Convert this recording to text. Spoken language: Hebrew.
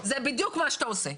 זה בדיוק מה שאתה עושה.